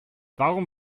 warum